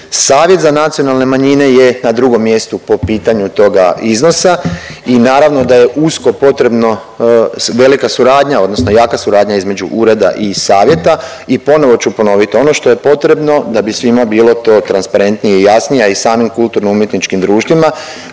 Savjet za nacionalne manjine je na drugom mjestu po pitanju toga iznosa i naravno da je usko potrebno velika suradnja, odnosno jaka suradnja između Ureda i Savjeta i ponovno ću ponoviti, ono što je potrebno da bi svima bilo to transparentnije i jasnije, a i samim kulturno-umjetničkim društvima,